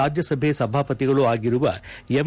ರಾಜ್ಞಸಭೆ ಸಭಾಪತಿಗಳೂ ಆಗಿರುವ ಎಂ